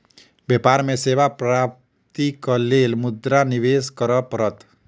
व्यापार में सेवा प्राप्तिक लेल मुद्रा निवेश करअ पड़त